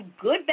good